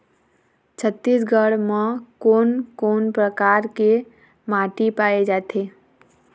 छत्तीसगढ़ म कोन कौन प्रकार के माटी पाए जाथे?